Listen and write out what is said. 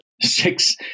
six